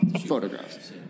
photographs